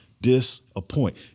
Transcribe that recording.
disappoint